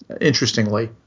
Interestingly